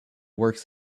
works